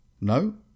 No